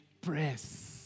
press